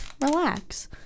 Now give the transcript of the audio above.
relax